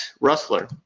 Rustler